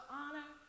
honor